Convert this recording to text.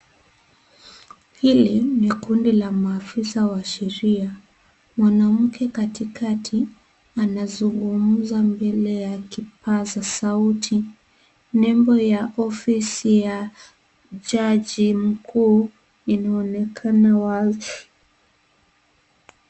Hili ni kundi la maafisa wa sheria. Mwanamke katikati anazungumza mbele ya kipaza sauti. Nembo ya ofisi ya jaji mkuu inaonekana wazi.